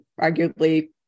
arguably